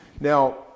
Now